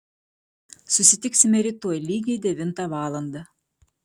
susitiksime rytoj lygiai devintą valandą